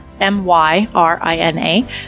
M-Y-R-I-N-A